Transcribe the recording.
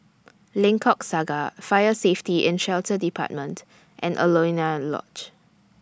Lengkok Saga Fire Safety and Shelter department and Alaunia Lodge